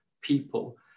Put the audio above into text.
people